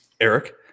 Eric